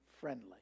friendly